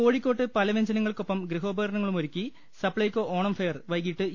കോഴിക്കോട്ട് പലവൃഞ്ജനങ്ങൾക്കൊപ്പം ഗൃഹോ പകരണങ്ങളു മൊരുക്കി സപ്ലൈകോ ഓണം ഫെയ്ർ വൈകീട്ട് ഇ